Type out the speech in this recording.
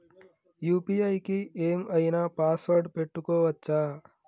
UPI కి ఏం ఐనా పాస్వర్డ్ పెట్టుకోవచ్చా?